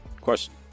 Question